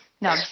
No